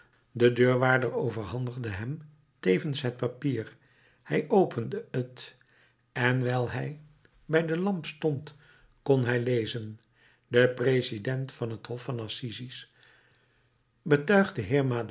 de deurwaarder overhandigde hem tevens het papier hij opende het en wijl hij bij de lamp stond kon hij lezen de president van het hof van assises betuigt den